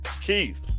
Keith